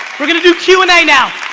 we're gonna do q and a now,